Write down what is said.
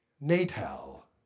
natal